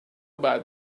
about